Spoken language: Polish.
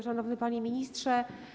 Szanowny Panie Ministrze!